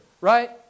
Right